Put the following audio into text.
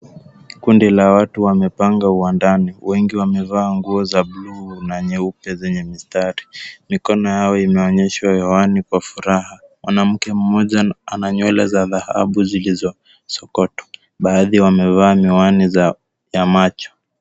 Kundi la watu wamepanga uwandani, wengi wamevaa nguo za bluu na nyeupe zenye mistari. Mikono yao imeonyeshwa hewani kwa furaha, mwanamke mmoja ananywele za dhahabu zilizosokotwa. Baadhi wamevaa miwani za macho.